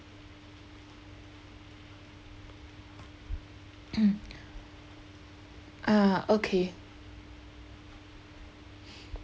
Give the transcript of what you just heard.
ah okay